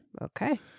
Okay